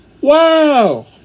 Wow